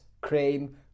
cream